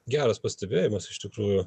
geras pastebėjimas iš tikrųjų